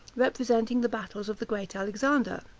representing the battles of the great alexander.